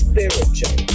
Spiritual